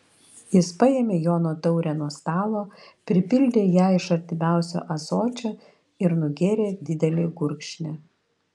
jis paėmė jono taurę nuo stalo pripildė ją iš artimiausio ąsočio ir nugėrė didelį gurkšnį